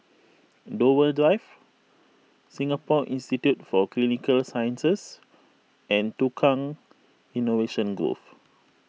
Dover Drive Singapore Institute for Clinical Sciences and Tukang Innovation Grove